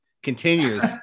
Continues